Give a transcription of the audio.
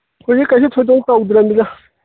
ꯍꯧꯖꯤꯛ ꯀꯩꯁꯨ ꯊꯣꯏꯗꯣꯛ ꯇꯧꯗ꯭ꯔꯝꯅꯤꯗ